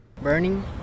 Burning